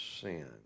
sin